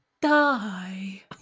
die